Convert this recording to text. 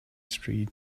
street